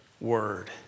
word